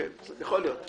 יכול להיות.